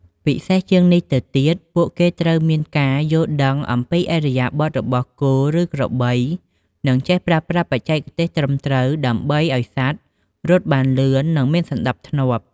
ពិសេសជាងនេះទៅទៀតពួកគេត្រូវមានការយល់ដឹងអំពីឥរិយាបថរបស់គោ ឬក្របី និងចេះប្រើប្រាស់បច្ចេកទេសត្រឹមត្រូវដើម្បីឱ្យសត្វរត់បានលឿន និងមានសណ្ដាប់ធ្នាប់។